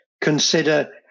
consider